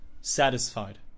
satisfied